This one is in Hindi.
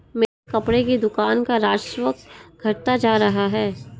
मेरी कपड़े की दुकान का राजस्व घटता जा रहा है